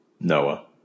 Noah